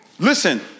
Listen